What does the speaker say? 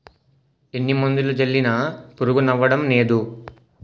ఎన్ని మందులు జల్లినా పురుగు సవ్వడంనేదు